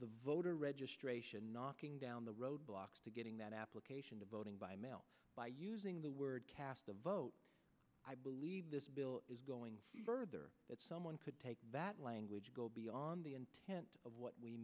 the voter registration knocking down the road blocks to getting that application to voting by mail by using the word cast the vote i believe this bill is going that someone could take that language go beyond the intent of what we